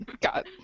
God